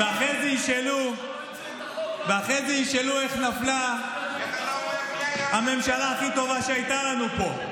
ואחרי זה ישאלו איך נפלה הממשלה הכי טובה שהייתה לנו פה.